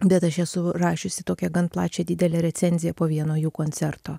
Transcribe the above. bet aš esu rašiusi tokią gan plačią didelę recenziją po vieno jų koncerto